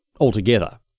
altogether